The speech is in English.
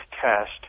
test